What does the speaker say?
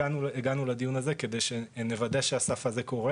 הגענו לדיון הזה כדי לוודא שהסף הזה קורה